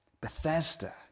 Bethesda